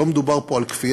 לא מדובר פה על כפייה,